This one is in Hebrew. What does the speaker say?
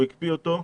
הוא הקפיא אותו,